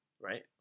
right